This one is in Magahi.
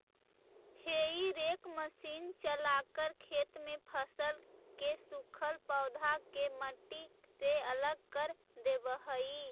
हेई रेक मशीन चलाकर खेत में फसल के सूखल पौधा के मट्टी से अलग कर देवऽ हई